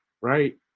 right